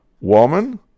Woman